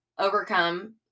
overcome